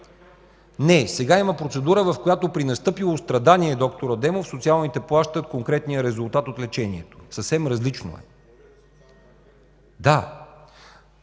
Не, сега има процедура, в която при настъпило страдание, доктор Адемов, социалните плащат конкретния резултат от лечението. Съвсем различно е.